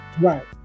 Right